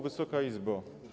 Wysoka Izbo!